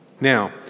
Now